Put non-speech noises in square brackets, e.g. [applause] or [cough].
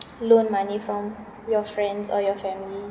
[noise] loan money from your friends or your family